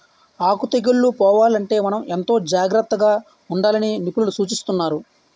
ఆకు తెగుళ్ళు పోవాలంటే మనం ఎంతో జాగ్రత్తగా ఉండాలని నిపుణులు సూచిస్తున్నారు